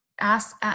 ask